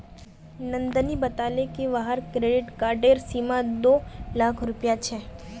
नंदनी बताले कि वहार क्रेडिट कार्डेर सीमा दो लाख रुपए छे